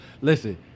listen